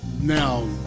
Now